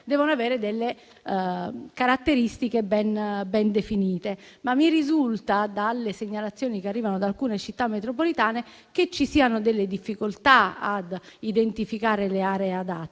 devono avere caratteristiche ben definite, ma mi risulta - dalle segnalazioni che arrivano da alcune Città metropolitane - che ci siano talune difficoltà a identificare le aree adatte.